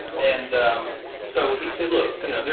and so he said, look, you know,